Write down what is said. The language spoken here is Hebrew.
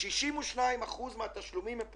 62% מהתשלומים הם פרטיים.